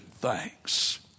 thanks